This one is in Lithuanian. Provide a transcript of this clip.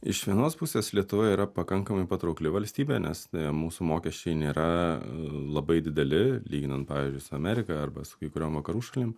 iš vienos pusės lietuva yra pakankamai patraukli valstybė nes mūsų mokesčiai nėra labai dideli lyginant pavyzdžiui su amerika arba su kai kuriom vakarų šalim